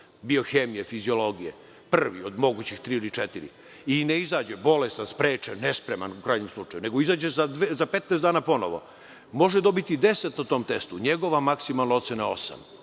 biohemije, fiziologije, prvi od mogućih tri ili četiri i ne izađe, bolestan, sprečen, nespreman, nego izađe za 15 dana ponovo, može dobiti deset na tom testu, a njegova maksimalna ocena je